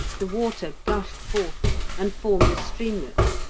the water gushed forth and formed a streamlet.